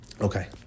Okay